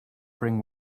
bring